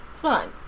fine